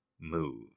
move